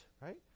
right